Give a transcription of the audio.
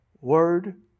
Word